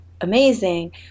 amazing